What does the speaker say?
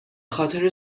خاطر